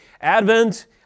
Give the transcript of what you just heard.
Advent